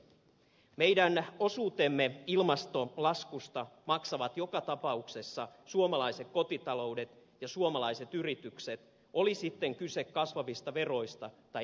meidän osuutemme ilmastolaskusta maksavat joka tapauksessa suomalaiset kotitaloudet ja suomalaiset yritykset oli sitten kyse kasvavista veroista tai energialaskuista